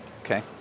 Okay